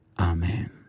amen